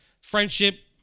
Friendship